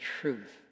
truth